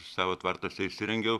savo tvartuose įsirengiau